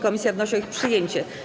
Komisja wnosi o ich przyjęcie.